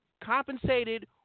compensated